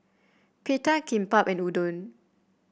Pita Kimbap and Udon